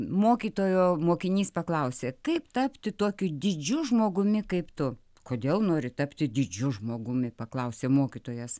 mokytojo mokinys paklausė kaip tapti tokiu didžiu žmogumi kaip tu kodėl nori tapti didžiu žmogumi paklausė mokytojas